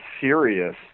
serious